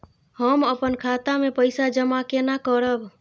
हम अपन खाता मे पैसा जमा केना करब?